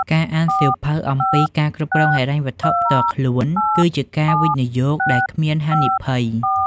ការអានសៀវភៅអំពី "ការគ្រប់គ្រងហិរញ្ញវត្ថុផ្ទាល់ខ្លួន" គឺជាការវិនិយោគដែលគ្មានហានិភ័យ។